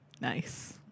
Nice